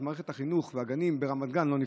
אז מערכת החינוך והגנים ברמת גן לא נפתחת.